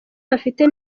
bafite